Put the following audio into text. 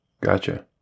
Gotcha